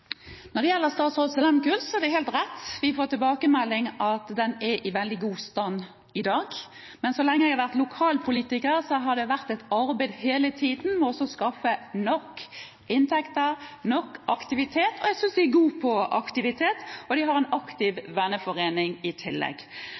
Når det gjelder «Statsraad Lehmkuhl», er det helt rett, som vi får tilbakemelding om, at den er i veldig god stand i dag. Men så lenge jeg har vært lokalpolitiker, har det vært et arbeid hele tiden med å skaffe nok inntekter og nok aktivitet. Jeg synes de er gode på aktivitet, og de har en aktiv venneforening i tillegg.